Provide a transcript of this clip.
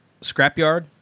scrapyard